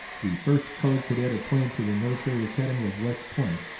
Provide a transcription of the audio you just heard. the first colored cadet appointed to the military academy of west point,